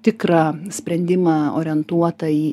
tikrą sprendimą orientuotą į